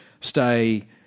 stay